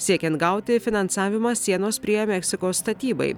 siekiant gauti finansavimą sienos prie meksikos statybai